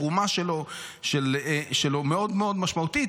התרומה שלו מאוד מאוד משמעותית,